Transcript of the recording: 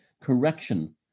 correction